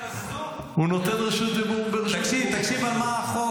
--- הוא נותן רשות דיבור ברשות --- תקשיב על מה החוק.